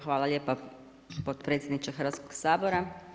Hvala lijepa potpredsjedniče Hrvatskoga sabora.